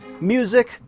music